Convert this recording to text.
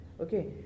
Okay